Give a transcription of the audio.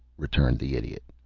returned the idiot.